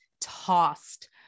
tossed